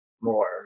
more